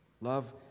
Love